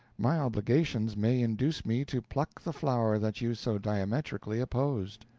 my obligations may induce me to pluck the flower that you so diametrically opposed.